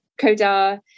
kodar